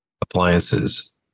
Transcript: appliances